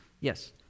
Yes